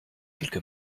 quelque